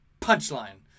Punchline